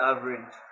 Average